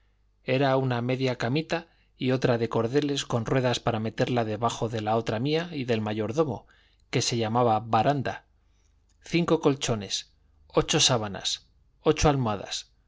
era una media camita y otra de cordeles con ruedas para meterla debajo de la otra mía y del mayordomo que se llamaba baranda cinco colchones ocho sábanas ocho almohadas